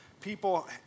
people